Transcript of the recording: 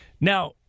Now